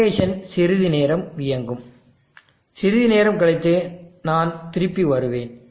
simulation சிறிது நேரம் இயங்கும் சிறிது நேரம் கழித்து நான் திரும்பி வருவேன்